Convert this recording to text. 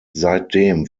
seitdem